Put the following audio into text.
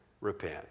Repent